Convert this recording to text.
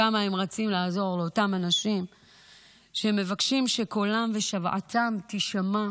כמה הם רצים לעזור לאותם אנשים שמבקשים שקולם ושוועתם יישמעו.